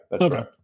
Okay